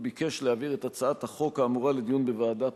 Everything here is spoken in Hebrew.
ביקש להעביר את הצעת החוק האמורה לדיון בוועדת העבודה,